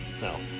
No